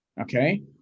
Okay